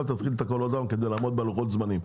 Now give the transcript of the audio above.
תתחיל את הכול עוד הפעם כדי לעמוד בלוחות זמנים,